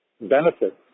benefit